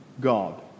God